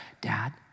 dad